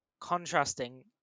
contrasting